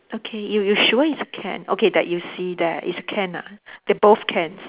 okay you you sure it's can okay that you see there is can ah they both cans